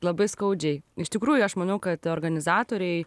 labai skaudžiai iš tikrųjų aš manau kad organizatoriai